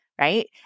right